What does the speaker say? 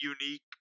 unique